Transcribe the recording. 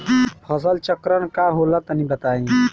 फसल चक्रण का होला तनि बताई?